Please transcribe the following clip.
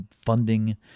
funding